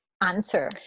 answer